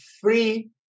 free